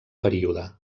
període